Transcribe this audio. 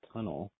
Tunnel